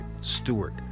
Stewart